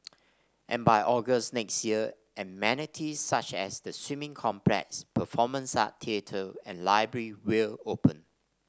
and by August next year amenities such as the swimming complex performance arts theatre and library will open